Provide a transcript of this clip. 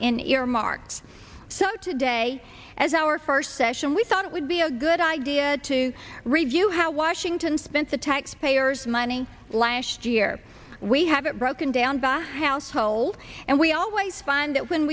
in earmarks so today as our first session we thought it would be a good idea to review how washington spends the taxpayers money last year we have it broken down by household and we always find that when